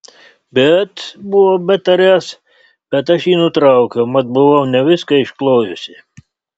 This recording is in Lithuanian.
bet buvo betariąs bet aš jį nutraukiau mat buvau ne viską išklojusi